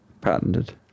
Patented